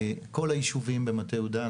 כל היישובים במטה יהודה,